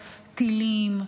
טילים,